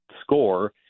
score